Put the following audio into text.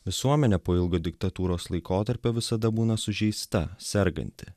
visuomenė po ilgo diktatūros laikotarpio visada būna sužeista serganti